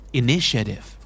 initiative